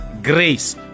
Grace